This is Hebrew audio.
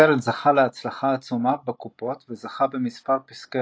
הסרט זכה להצלחה עצומה בקופות וזכה במספר פרסי